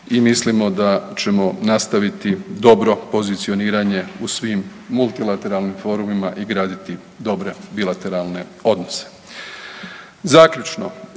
i mislimo da ćemo nastaviti dobro pozicioniranje u svim multilateralnim forumima i graditi dobre bilateralne odnose.